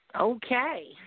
Okay